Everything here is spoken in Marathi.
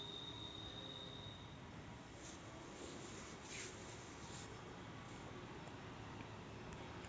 वन्य मासेमारीला कधीकधी कॅप्चर फिशरीज असेही म्हणतात